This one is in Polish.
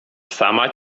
sama